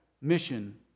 mission